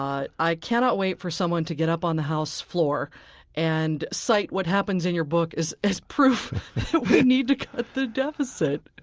i i cannot wait for someone to get up on the house floor and cite what happens in your book as as proof that we need to cut the deficit